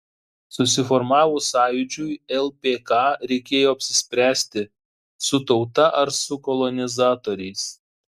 susiformavus sąjūdžiui lpk reikėjo apsispręsti su tauta ar su kolonizatoriais